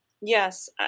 Yes